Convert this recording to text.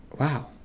Wow